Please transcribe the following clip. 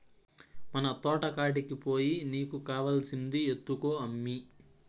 మన తోటకాడికి పోయి నీకు కావాల్సింది ఎత్తుకో అమ్మీ